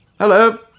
Hello